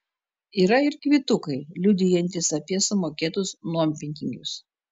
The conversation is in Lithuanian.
yra ir kvitukai liudijantys apie sumokėtus nuompinigius